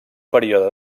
període